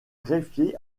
greffier